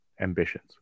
ambitions